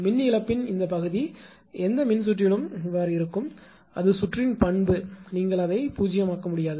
மின் இழப்பின் இந்த பகுதி எந்த மின்சுற்றிலும் இருக்கும் அது சுற்றின் பண்பு நீங்கள் அதை 0 ஆக்க முடியாது